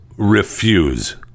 refuse